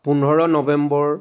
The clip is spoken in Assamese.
পোন্ধৰ নৱেম্বৰ